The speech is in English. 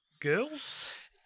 girls